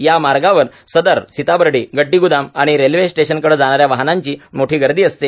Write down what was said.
या मार्गावर सदर सीताबर्डी गड्डीगोदाम आणि रेल्वे स्टेशनकडे जाणाऱ्या वाहनांची मोठी गर्दी असते